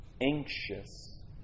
anxious